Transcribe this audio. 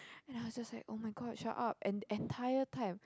then I was just like [oh]-my-god shut up and entire time